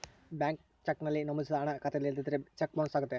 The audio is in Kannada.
ಬ್ಲಾಂಕ್ ಚೆಕ್ ನಲ್ಲಿ ನಮೋದಿಸಿದ ಹಣ ಖಾತೆಯಲ್ಲಿ ಇಲ್ಲದಿದ್ದರೆ ಚೆಕ್ ಬೊನ್ಸ್ ಅಗತ್ಯತೆ